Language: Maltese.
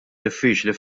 diffiċli